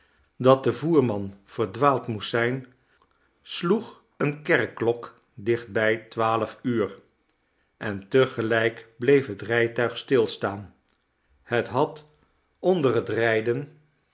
dat de voerman verdwaald moest zijn sloeg eene kerkklok dichtbij twaalf uur en te gelijk bleef het rijtuig stilstaan het had onder het rijden